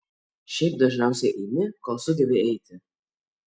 šiaip dažniausiai eini kol sugebi eiti